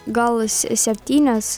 gal se septynias